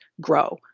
grow